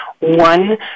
one